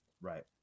right